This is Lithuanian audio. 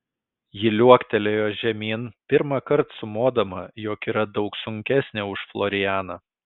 ji liuoktelėjo žemyn pirmąkart sumodama jog yra daug sunkesnė už florianą